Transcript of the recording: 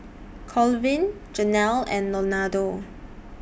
Colvin Jenelle and Leonardo